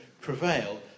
prevail